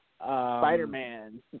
Spider-Man